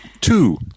Two